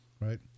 Right